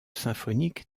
symphonique